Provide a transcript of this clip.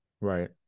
Right